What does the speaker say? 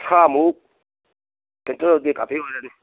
ꯀꯨꯟꯊ꯭ꯔꯥꯃꯨꯛ ꯀꯩꯅꯣ ꯇꯧꯔꯗꯤ ꯀꯥꯐꯤ ꯑꯣꯏꯔꯅꯤ